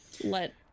let